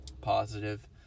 positive